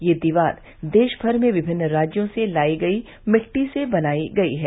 ये दीवार देशभर में विभिन्न राज्यों से लाई गई मिट्टी से बनाई गई है